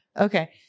Okay